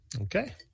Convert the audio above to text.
Okay